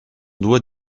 doigt